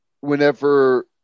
whenever